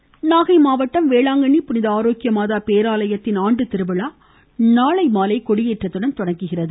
வேளாங்கண்ணி நாகைமாவட்டம் வேளாங்கண்ணி புனித ஆரோக்கிய மாதா பேராலயத்தின் ஆண்டுத்திருவிழா நாளை மாலை கொடியேற்றத்துடன் தொடங்குகிறது